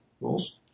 rules